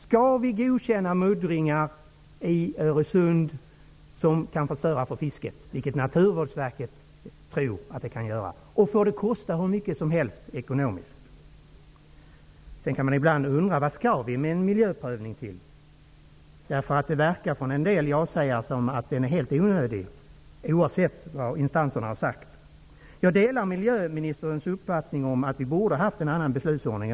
Skall vi godkänna muddringar i Öresund, som kan förstöra för fisket? Naturvårdsverket tror att det blir problem. Får det kosta hur mycket pengar som helst? Ibland kan man undra vad vi skall med en miljöprövning till. Det verker på en del ja-sägare som att det är helt onödigt, oavsett vad instanserna har sagt. Jag delar miljöministerns uppfattning att vi borde ha haft en annan beslutsordning.